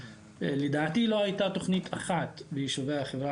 לדעתי לא הייתה תוכנית אחת ביישובי החברה